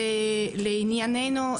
לעניינינו,